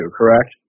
correct